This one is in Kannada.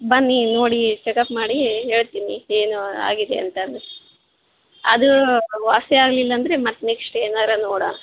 ಬನ್ನಿ ನೋಡಿ ಚೆಕಪ್ ಮಾಡಿ ಹೇಳ್ತೀನಿ ಏನು ಆಗಿದೆ ಅಂತಂದರೆ ಅದು ವಾಸಿ ಆಗಲಿಲ್ಲ ಅಂದರೆ ಮತ್ತೆ ನೆಕ್ಶ್ಟ್ ಏನಾದ್ರು ನೋಡೋಣ